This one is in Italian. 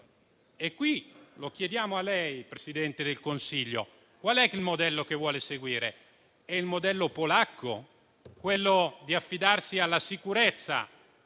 E qui lo chiediamo a lei, Presidente del Consiglio: qual è il modello che vuole seguire? Quello polacco, di affidarsi alla sicurezza